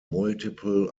multiple